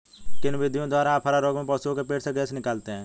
किन विधियों द्वारा अफारा रोग में पशुओं के पेट से गैस निकालते हैं?